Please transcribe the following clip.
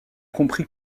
compris